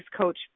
coach